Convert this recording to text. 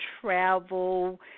travel